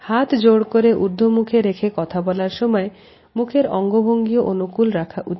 হাত জোড় করে ঊর্ধ্বমুখে রেখে কথা বলার সময় মুখের অঙ্গভঙ্গিও অনুকূল রাখা উচিত